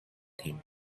him